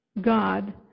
God